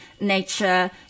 nature